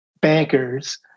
bankers